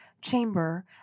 chamber